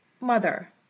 Mother